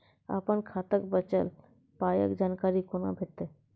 अपन खाताक बचल पायक जानकारी कूना भेटतै?